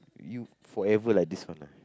you forever like this one lah